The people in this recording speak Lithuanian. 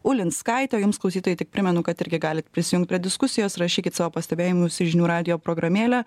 ulinskaite o jums klausytojai tik primenu kad irgi galit prisijungt prie diskusijos rašykit savo pastebėjimus į žinių radijo programėlę